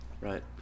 Right